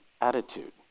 attitude